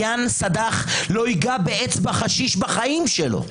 עבריין סד"ח לא ייגע באצבע חשיש בחיים שלו.